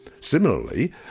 Similarly